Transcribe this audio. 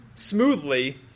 smoothly